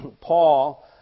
Paul